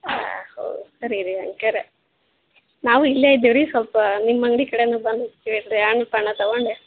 ಹಾಂ ಓ ಸರಿ ರೀ ಹಂಗಾದ್ರ ನಾವು ಇಲ್ಲೇ ಇದೀವಿ ರೀ ಸ್ವಲ್ಪ ನಿಮ್ಮ ಅಂಗಡಿ ಕಡೆಯೂ ಬಂದು ಹೋಗ್ತೀವಿ ಹೇಳ್ರಿ ಹಣ್ ಪಣ್ ತಗೊಂಡು